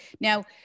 Now